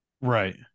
right